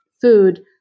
food